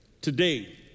today